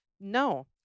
no